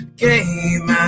game